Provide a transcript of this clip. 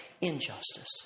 injustice